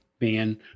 man